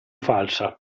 falsa